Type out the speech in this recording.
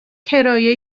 کرایه